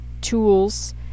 tools